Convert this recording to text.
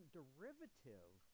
derivative